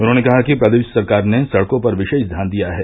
उन्होंने कहा कि प्रदेश सरकार ने सड़कों पर विशेष ध्यान दिया है